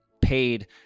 paid